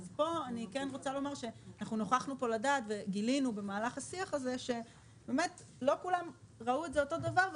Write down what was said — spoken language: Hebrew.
אז פה נוכחנו לדעת וגילינו במהלך השיח הזה שלא כולם ראו את זה אותו דבר,